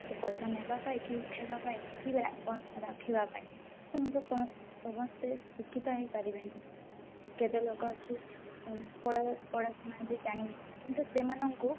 ପଇସା ନେବା ପାଇଁ କି ଉଠାଇବା ପାଇଁ କିମ୍ବା ରଖିବା ପାଇଁ ସମସ୍ତେ ସମସ୍ତେ ଶିକ୍ଷିତ ହୋଇପାରିବେନି କେତେ ଲୋକ ଅଛି ଅନପଢ଼ ପଢ଼ାଶୁନା ବି ଜାଣିନେଇଁ କିନ୍ତୁ ସେମାନଙ୍କୁ